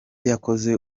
yakoze